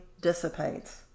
dissipates